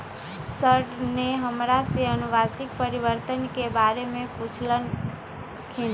sir ने हमरा से अनुवंशिक परिवर्तन के बारे में पूछल खिन